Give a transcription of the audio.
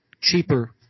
cheaper